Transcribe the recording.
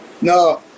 No